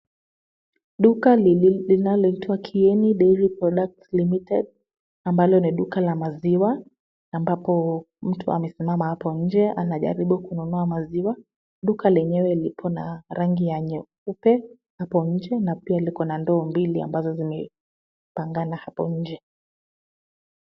Duka linaloitwa kieni dairy product limited ambalo ni duka la maziwa ambapo mtu amesimama hapo nje anajaribu kununua maziwa, duka lenyewe liko na rangi ya nyeupe hapo nje na pia liko na ndoo mbili ambazo zimepangana hapo nje.